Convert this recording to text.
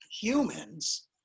humans